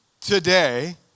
today